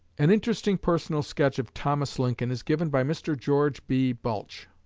an interesting personal sketch of thomas lincoln is given by mr. george b. balch,